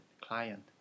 client